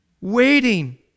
Waiting